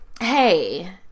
hey